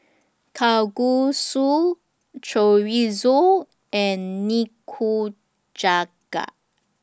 Kalguksu Chorizo and Nikujaga